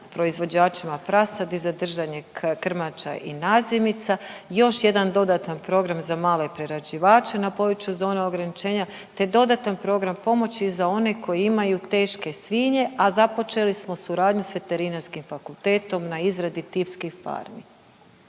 proizvođačima prasadi za držanje krmača i nazimica. Još jedan dodatan program za male prerađivače na području zona ograničenja, te dodatan program pomoći za one koji imaju teške svinje, a započeli smo suradnju sa Veterinarskim fakultetom na izradi tipskih farmi.